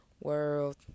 world